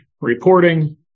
reporting